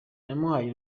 namuhaye